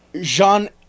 jean